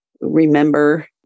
remember